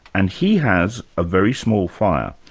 and he has a very small fire,